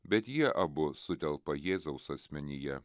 bet jie abu sutelpa jėzaus asmenyje